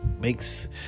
makes